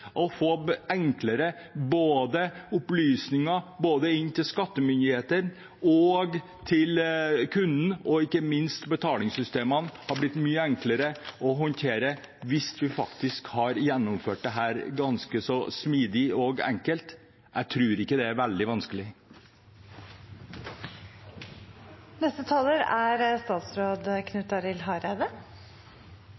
å få opplysninger enklere inn til skattemyndighetene og til kunden. Ikke minst hadde betalingssystemene blitt mye enklere å håndtere hvis vi faktisk hadde gjennomført dette ganske så smidig og enkelt. Jeg tror ikke det er veldig vanskelig. Eg synest representanten Jon Gunnes sitt innlegg summerer denne debatten godt opp. Eg er